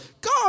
God